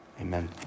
amen